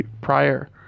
prior